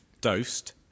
Dosed